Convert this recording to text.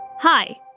Hi